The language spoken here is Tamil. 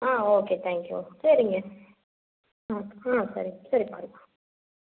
ஆ ஓகே தேங்க்யூ சரிங்க ஆ ஆ சரி சரி பாருங்க